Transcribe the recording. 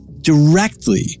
directly